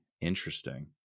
Interesting